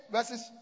Verses